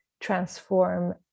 transform